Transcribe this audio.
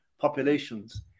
populations